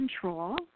control